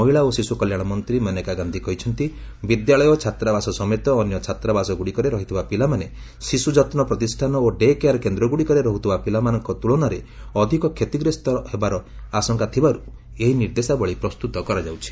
ମହିଳା ଓ ଶିଶୁ କଲ୍ୟାଣ ମନ୍ତ୍ରୀ ମନେକା ଗାନ୍ଧି କହିଛନ୍ତି ବିଦ୍ୟାଳୟ ଛାତ୍ରାବାସ ସମେତ ଅନ୍ୟ ଛାତ୍ରାବାସଗୁଡ଼ିକରେ ରହିଥିବା ପିଲାମାନେ ଶିଶୁଯତ୍ନ ପ୍ରତିଷାନ ଓ ଡେ କେୟାର୍ କେନ୍ଦ୍ରଗୁଡ଼ିକରେ ରହୁଥିବା ପିଲାମାନଙ୍କ ତ୍କଳନାରେ ଅଧିକ କ୍ଷତିଗ୍ରସ୍ତ ହେବାର ଆଶଙ୍କା ଥିବାର୍ତ ଏହି ନିର୍ଦ୍ଦେଶାବଳୀ ପ୍ରସ୍ତତ କରାଯାଉଛି